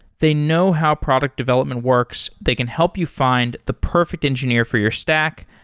they know how product development works. they can help you find the perfect engineer for your stack,